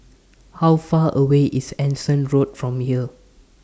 How Far away IS Anson Road from here